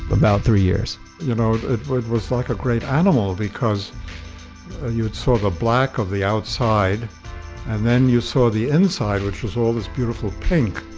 about three years you know, it was like a great animal because ah you had sort of black on the outside and then you saw the inside, which was all this beautiful pink.